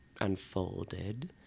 unfolded